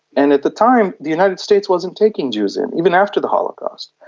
and at the time the united states wasn't taking jews in, even after the holocaust.